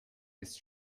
ist